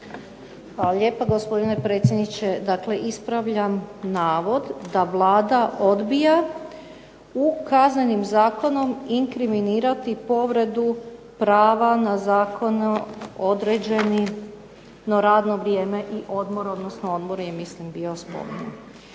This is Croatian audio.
Hvala lijepa gospodine predsjedniče. Dakle, ispravljam navod da Vlada odbija Kaznenim zakonom inkriminirati povredu prava na zakonom određeno radno vrijeme i odmor, odmor je ja mislim bio sporni.